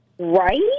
Right